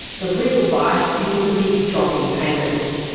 the real bite is in the big drop in payments.